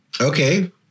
okay